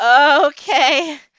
okay